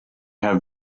have